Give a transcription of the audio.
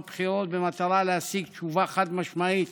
בחירות במטרה להשיג תשובה חד-משמעית